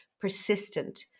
persistent